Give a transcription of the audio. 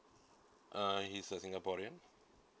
uh he's a singaporean